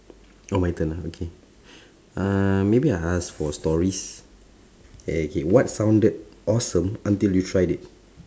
oh my turn ah okay uh maybe I ask for stories okay what sounded awesome until you tried it